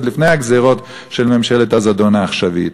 עוד לפני הגזירות של ממשלת הזדון העכשווית.